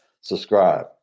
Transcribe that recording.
subscribe